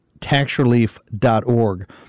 TaxRelief.org